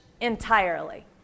entirely